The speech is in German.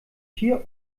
vier